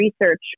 research